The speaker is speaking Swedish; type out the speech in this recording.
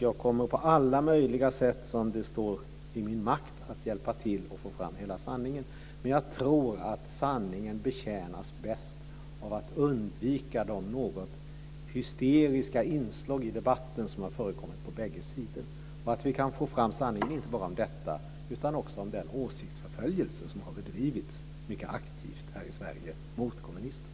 Jag kommer att på alla möjliga sätt som står i min makt hjälpa till att få fram hela sanningen. Men jag tror att sanningen betjänas bäst av att man undviker de något hysteriska inslag i debatten som har förekommit på bägge sidor och att vi kan få fram sanningen, inte bara om detta utan också om den åsiktsförföljelse som har bedrivits mycket aktivt här i Sverige, mot kommunister.